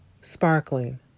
sparkling